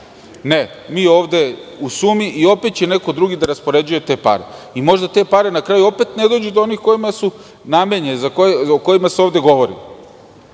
Ne, ni ovde u sumi i opet će neko drugi da raspoređuje te pare. Možda te pare, na kraju, opet ne dođu do onih kojima su namenjene, o kojima se ovde govori.